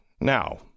now